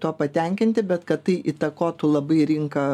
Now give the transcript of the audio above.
tuo patenkinti bet kad tai įtakotų labai rinką